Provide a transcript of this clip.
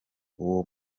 uwo